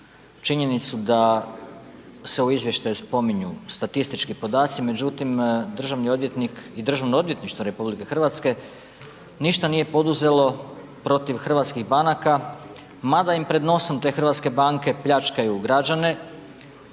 činjenicu da se u izvještaju spominju statistički podaci, međutim državni odvjetnik i DORH ništa nije poduzelo protiv hrvatskih banaka mada im pred nosom te hrvatske banke pljačkaju građane.